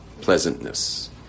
pleasantness